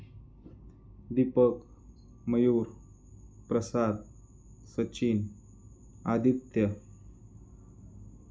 Deepak Mayur Prasad Sachin Aditya